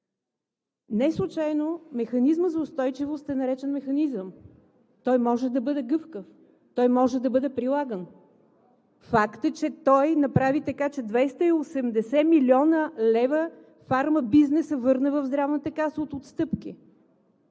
Неслучайно Механизмът за устойчивост е наречен механизъм. Той може да бъде гъвкав, той може да бъде прилаган. Факт е, че той направи така, че фармабизнесът върна в Здравната каса от отстъпки